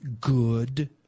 good